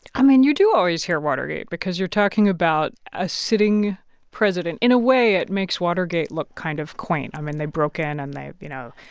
i mean you do always hear watergate because you're talking about a sitting president in a way, it makes watergate look kind of quaint. i mean they broke in, and they, you know.